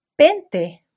Pente